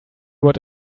what